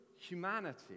humanity